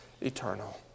eternal